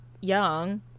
young